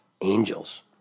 angels